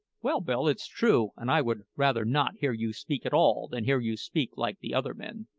well, bill, that's true, and i would rather not hear you speak at all than hear you speak like the other men.